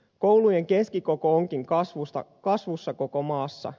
koulujen keskikoko onkin kasvussa koko maassa